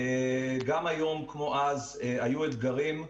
גם היום, כמו אז, היו אתגרים,